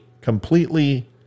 completely